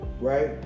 right